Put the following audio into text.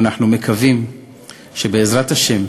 ואנחנו מקווים שבעזרת השם,